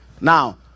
Now